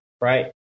right